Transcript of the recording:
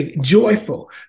joyful